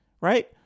right